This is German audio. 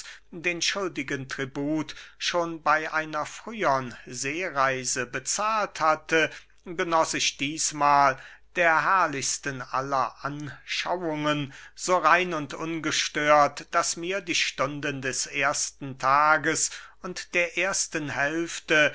den schuldigen tribut schon bey einer frühern seereise bezahlt hatte genoß ich dießmahl der herrlichsten aller anschauungen so rein und ungestört daß mir die stunden des ersten tages und der ersten hälfte